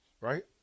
Right